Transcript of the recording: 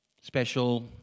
special